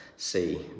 see